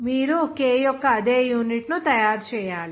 మీరు K యొక్క అదే యూనిట్ను తయారు చేయాలి